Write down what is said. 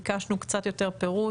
ביקשנו קצת יותר פירוט.